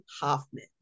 Hoffman